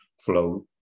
flow